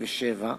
57)